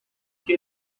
que